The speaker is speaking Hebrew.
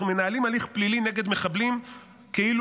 אנחנו מנהלים הליך פלילי נגד מחבלים כאילו